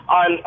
on